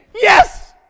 yes